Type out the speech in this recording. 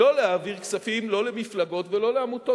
לא להעביר כספים לא למפלגות ולא לעמותות